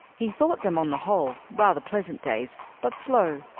he thought them on the whole rather pleasant days, but slow.